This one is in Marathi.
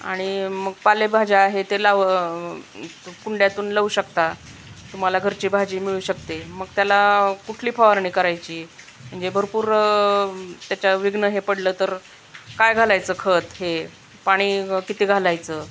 आणि मग पालेभाज्या आहे ते लाव कुंड्यातून लावू शकता तुम्हाला घरची भाजी मिळू शकते मग त्याला कुठली फवारणी करायची म्हणजे भरपूर त्याच्या वग्ण हे पडलं तर काय घालायचं खत हे पाणी किती घालायचं